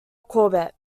corbett